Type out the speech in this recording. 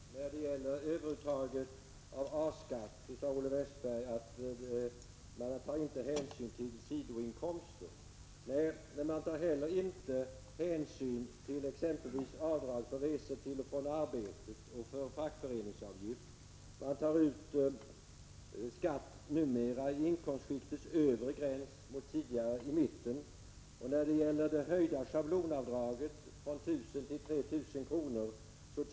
Herr talman! När det gäller överuttaget av A-skatt sade Olle Westberg att man inte tar hänsyn till sidoinkomster. Nej, men man tar heller inte hänsyn till exempelvis avdrag för resor till och från arbetet och för fackföreningsavgift. Man tar numera ut skatt vid inkomstskiktets övre gräns mot tidigare i mitten, och av schablonavdraget som höjts från 1 000 kr. till 3 000 kr.